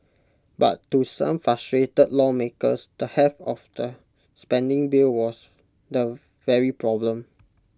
but to some frustrated lawmakers the heft of the spending bill was the very problem